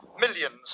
Millions